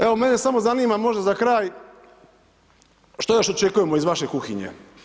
Evo mene samo zanima možda za kraj što još očekujemo iz vaše kuhinje?